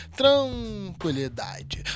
tranquilidade